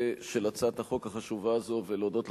של הצעת החוק החשובה הזאת ולהודות לך,